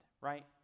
right